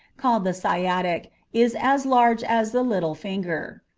called the sciatic, is as large as the little finger.